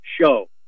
show